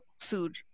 food